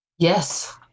Yes